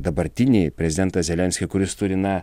dabartinį prezidentą zelenskį kuris turi na